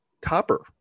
copper